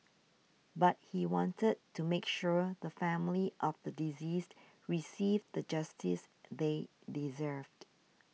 but he wanted to make sure the family of the deceased received the justice they deserved